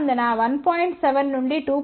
7 నుండి 2